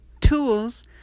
tools